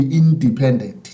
independent